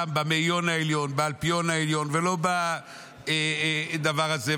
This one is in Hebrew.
העליון, ולא בדבר הזה.